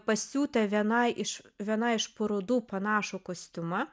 pasiūtą vienai iš vienai iš parodų panašų kostiumą